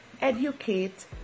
educate